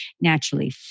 naturally